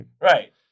Right